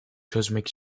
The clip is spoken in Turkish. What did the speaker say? çözmek